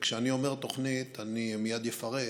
וכשאני אומר "תוכנית" אני מייד אפרט,